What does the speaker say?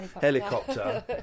helicopter